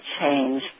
change